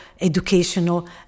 educational